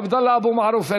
עבדאללה אבו מערוף,